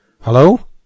Hello